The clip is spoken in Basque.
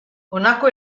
honako